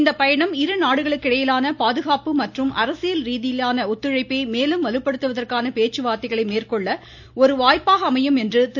இந்த பயணம் இருநாடுகளுக்கிடையிலான பாதுகாப்பு மற்றும் அரசியல் ரீதியிலான ஒத்துழைப்பை மேலும் வலுப்படுத்துவதற்கான பேச்சுவார்த்தைகளை மேற்கொள்ள ஒரு வாய்ப்பாக அமையும் என்று திரு